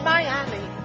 Miami